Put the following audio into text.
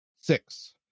Six